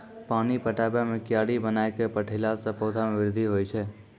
पानी पटाबै मे कियारी बनाय कै पठैला से पौधा मे बृद्धि होय छै?